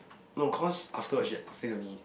no cause afterward she say to me